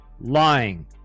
lying